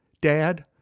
Dad